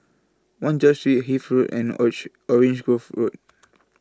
one George Street Hythe Road and Orange Grove Road